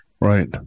Right